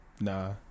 Nah